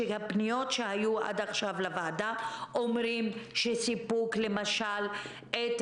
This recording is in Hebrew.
הפניות שהיו עד עכשיו לוועדה אומרים שלמשל אספקת